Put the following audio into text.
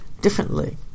differently